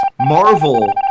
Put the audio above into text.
Marvel